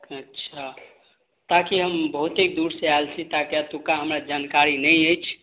अच्छा ताकि हम बहुते दूरसँ आयल छी ताकि एतुका हमरा जानकारी नहि अछि